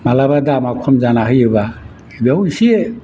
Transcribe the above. माब्लाबा दामा खम जानानै होयोबा बेयाव इसे